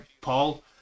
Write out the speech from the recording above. Paul